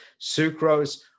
sucrose